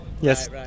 yes